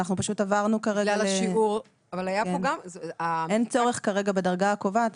אין צורך כרגע בדרגה הקובעת,